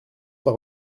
par